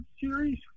series